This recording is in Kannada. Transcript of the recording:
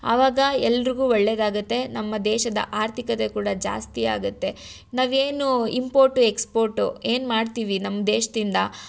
ಆವಾಗ ಎಲ್ರಿಗೂ ಒಳ್ಳೇದಾಗುತ್ತೆ ನಮ್ಮ ದೇಶದ ಆರ್ಥಿಕತೆ ಕೂಡ ಜಾಸ್ತಿ ಆಗುತ್ತೆ ನಾವು ಏನು ಇಂಪೋರ್ಟು ಎಕ್ಸ್ಪೋರ್ಟು ಏನು ಮಾಡ್ತೀವಿ ನಮ್ಮ ದೇಶದಿಂದ